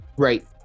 right